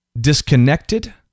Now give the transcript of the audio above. disconnected